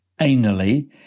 anally